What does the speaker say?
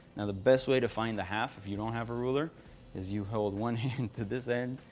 the best way to find the half if you don't have a ruler is you hold one hand to this end,